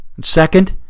Second